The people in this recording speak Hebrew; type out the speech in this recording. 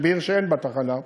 שאין בה תחנה,